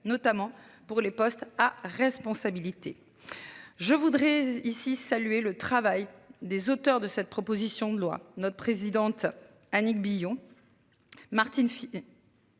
notamment pour les postes à responsabilité. Je voudrais ici saluer le travail des auteurs de cette proposition de loi notre présidente Annick Billon. Martine.